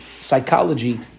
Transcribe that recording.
psychology